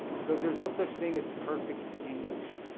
because there is no such thing as perfect english,